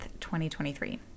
2023